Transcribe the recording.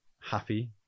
happy